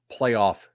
playoff